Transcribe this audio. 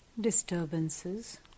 disturbances